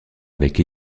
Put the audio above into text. avec